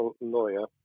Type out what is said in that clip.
lawyer